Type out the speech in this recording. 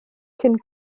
cyn